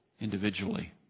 individually